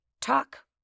talk